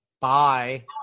Bye